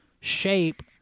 shape